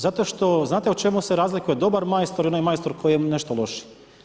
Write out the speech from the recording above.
Zato što znate u čemu se razlikuje dobar majstor i onaj majstor koji je nešto lošiji?